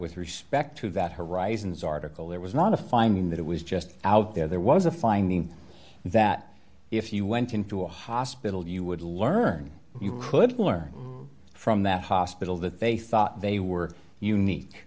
with respect to that horizons article there was not a finding that it was just out there there was a finding that if you went into a hospital you would learn you could learn from that hospital that they thought they were unique